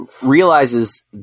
realizes